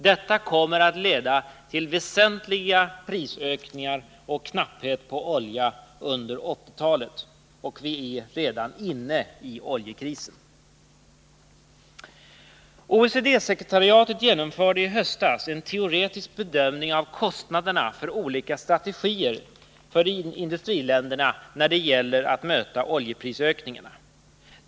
Detta kommer att leda till väsentliga prishöjningar och knapphet på olja under 1980-talet, och vi är redan inne i oljekrisen. OECD-sekretariatet genomförde i höstas en teoretisk bedömning av kostnaderna för olika strategier för industriländerna när det gäller att möta oljeprishöjningarna.